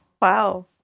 Wow